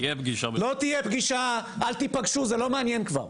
תהיה פגישה בשבוע הבא.